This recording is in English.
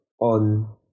on